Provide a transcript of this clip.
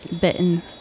bitten